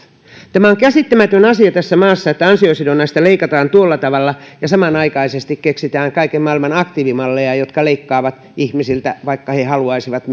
ajat on käsittämätön asia tässä maassa että ansiosidonnaista leikataan tuolla tavalla ja samanaikaisesti keksitään kaiken maailman aktiivimalleja jotka leikkaavat ihmisiltä vaikka he he haluaisivat